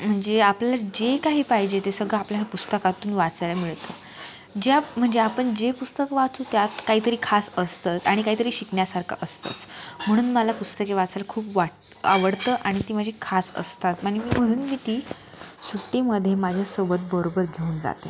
म्हणजे आपल्याला जे काही पाहिजे ते सगळं आपल्याला पुस्तकातून वाचायला मिळतं ज्या म्हणजे आपण जे पुस्तकं वाचू त्यात काहीतरी खास असतंच आणि काहीतरी शिकण्यासारखं असतंच म्हणून मला पुस्तके वाचायला खूप वाट आवडतं आणि ती माझी खास असतात आणि मी म्हणून मी ती सुट्टीमध्ये माझ्यासोबत बरोबर घेऊन जाते